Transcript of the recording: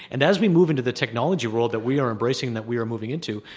and as we move into the technology world that we are embracing that we are moving into,